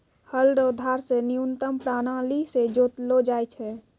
हल रो धार से न्यूतम प्राणाली से जोतलो जाय छै